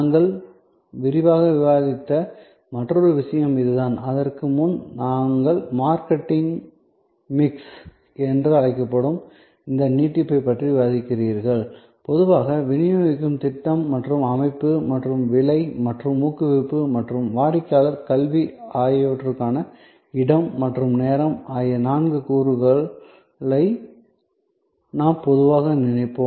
நாங்கள் விரிவாக விவாதித்த மற்றொரு விஷயம் இதுதான் அதற்கு முன் நாங்கள் மார்க்கெட்டிங் மிக்ஸ் என்று அழைக்கப்படும் இந்த நீட்டிப்பைப் பற்றியும் விவாதித்தீர்கள் பொதுவாக விநியோகிக்கும் திட்டம் மற்றும் அமைப்பு மற்றும் விலை மற்றும் ஊக்குவிப்பு மற்றும் வாடிக்கையாளர் கல்வி ஆகியவற்றுக்கான இடம் மற்றும் நேரம் ஆகிய நான்கு கூறுகளை நாம் பொதுவாக நினைப்போம்